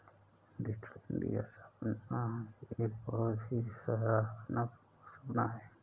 digital India का सपना एक बहुत ही सराहना पूर्ण सपना है